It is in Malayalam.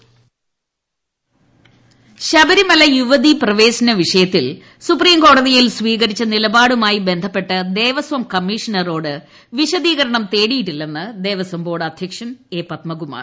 എ പത്മകുമാർ ശബരിമല യുവതീപ്രവേശന വിഷയത്തിൽ സുപ്രീംകോടതിയിൽ സ്വീകരിച്ച നിലപാടുമായി ബന്ധപ്പെട്ട് ദേവസ്വം കമ്മീഷണറോട് വിശദീകരണം തേടിയിട്ടില്ലെന്ന് ദേവസ്വം ബോർഡ് അധ്യക്ഷൻ എ പത്മകുമാർ